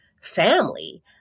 family